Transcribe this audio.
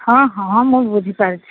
ହଁ ହଁ ମୁଁ ବୁଝିପାରୁଛି